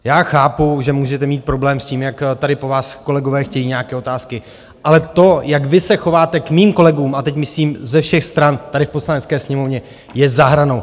Já chápu, že můžete mít problém s tím, jak tady po vás kolegové chtějí nějaké otázky, ale to, jak vy se chováte k mým kolegům, a teď myslím ze všech stran tady v Poslanecké sněmovně, je za hranou.